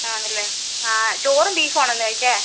ആണല്ലേ ആ ചോറും ബീഫും ആണോ ഇന്ന് കഴിച്ചത്